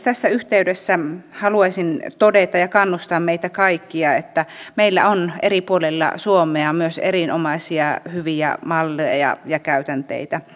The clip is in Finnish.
tässä yhteydessä haluaisin todeta ja kannustaa meitä kaikkia että meillä on eri puolilla suomea myös erinomaisia hyviä malleja ja käytänteitä